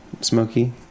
smoky